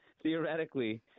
Theoretically